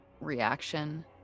reaction